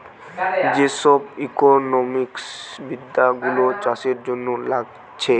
যে সব ইকোনোমিক্স বিদ্যা গুলো চাষের জন্যে লাগছে